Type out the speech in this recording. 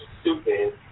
stupid